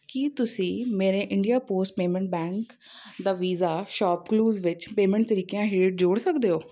ਕੀ ਤੁਸੀਂਂ ਮੇਰੇ India post payment bank ਦਾ ਵੀਜ਼ਾ ਸ਼ੌਪਕਲੂਜ਼ ਵਿੱਚ ਪੇਮੈਂਟ ਤਰੀਕਿਆਂ ਹੇਠ ਜੋੜ ਸਕਦੇ ਹੋ